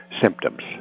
symptoms